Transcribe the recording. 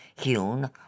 hewn